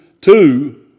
two